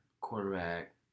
quarterback